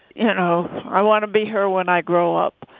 you know, i want to be her when i grow up.